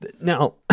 now